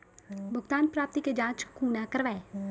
भुगतान प्राप्ति के जाँच कूना करवै?